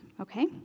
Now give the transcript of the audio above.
okay